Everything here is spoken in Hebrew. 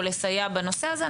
או לסייע בעניין הזה.